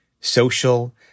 social